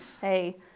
hey